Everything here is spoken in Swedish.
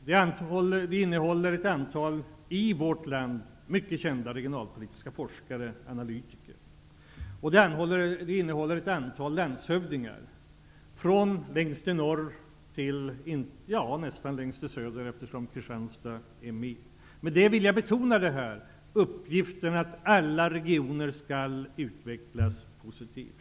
Det består också av ett antal i vårt land mycket kända regionalpolitiska forskare och analytiker samt ett antal landshövdingar från längst i norr till nästan längst i söder, eftersom Kristianstad är med. Jag vill betona att uppgiften är att alla regioner skall utvecklas positivt.